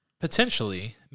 Potentially